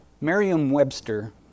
Merriam-Webster